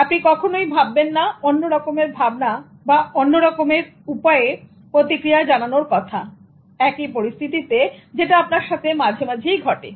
আপনি কখনই ভাববেন না অন্যরকমের ভাবনা বা অন্য রকম উপায়ে প্রতিক্রিয়া জানানোর কথা একই পরিস্থিতিতে যেটা মাঝে মাঝেই ঘটে